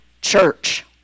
church